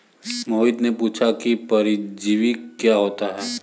मोहित ने पूछा कि परजीवी क्या होता है?